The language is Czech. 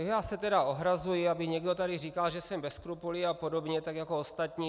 Já se tedy ohrazuji, aby někdo tady říkal, že jsem bez skrupulí apod., tak jako ostatní.